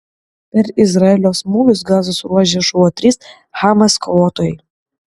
per izraelio smūgius gazos ruože žuvo trys hamas kovotojai